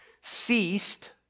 ceased